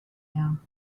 him